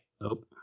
Nope